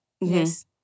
Yes